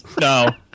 no